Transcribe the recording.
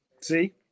see